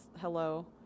hello